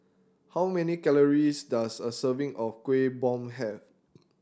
how many calories does a serving of Kuih Bom have